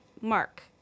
Mark